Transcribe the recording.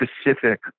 specific